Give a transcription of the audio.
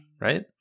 right